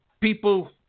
people